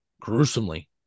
Gruesomely